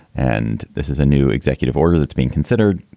and this is a new executive order that's being considered.